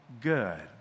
good